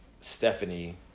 Stephanie